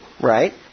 Right